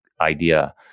idea